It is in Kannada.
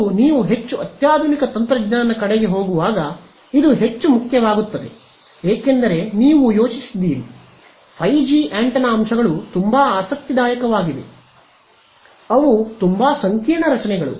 ಮತ್ತು ನೀವು ಹೆಚ್ಚು ಅತ್ಯಾಧುನಿಕ ತಂತ್ರಜ್ಞಾನದ ಕಡೆಗೆ ಹೋಗುವಾಗ ಇದು ಹೆಚ್ಚು ಮುಖ್ಯವಾಗುತ್ತದೆ ಏಕೆಂದರೆ ನೀವು ಯೋಚಿಸಿದ್ದೀರಿ 5 ಜಿ ಆಂಟೆನಾ ಅಂಶಗಳು ತುಂಬಾ ಆಸಕ್ತಿದಾಯಕವಾಗಿವೆ ಅವು ತುಂಬಾ ಸಂಕೀರ್ಣ ರಚನೆಗಳು